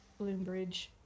bloombridge